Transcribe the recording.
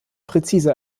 präzise